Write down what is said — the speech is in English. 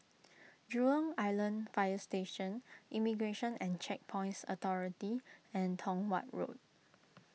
Jurong Island Fire Station Immigration and Checkpoints Authority and Tong Watt Road